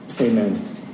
Amen